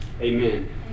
Amen